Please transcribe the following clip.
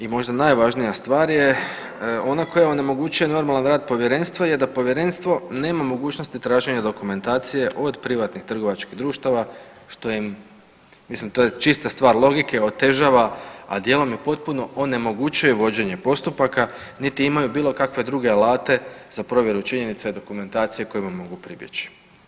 I treća i možda najvažnija stvar je ona koja onemogućuje normalan rad Povjerenstva je da Povjerenstvo nema mogućnosti traženja dokumentacije od privatnih trgovačkih društava, što im, mislim, to je čista stvar logike, otežava, a dijelom i potpuno onemogućuje vođenje postupaka niti imaju bilo kakve druge alate za provjeru činjenica i dokumentacije kojima mogu pribjeći.